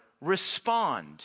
Respond